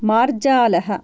मार्जालः